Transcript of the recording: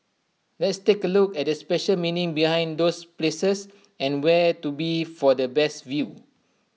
let's take A look at the special meaning behind those places and where to be for the best view